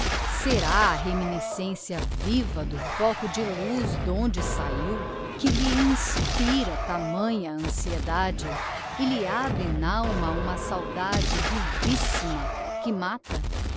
será a reminiscencia viva do foco de luz d'onde saiu que lhe inspira tamanha anciedade e lhe abre n'alma uma saudade vivissima que mata